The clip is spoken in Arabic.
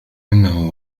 إنه